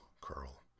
curl